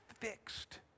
fixed